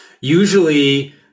Usually